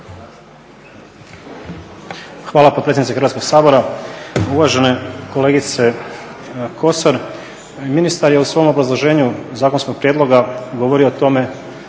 Hvala potpredsjednice Hrvatskog sabora. Uvažena kolegice Kosor, ministar je u svom obrazloženju zakonskog prijedloga govorio o tome